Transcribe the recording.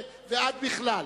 ועד בכלל.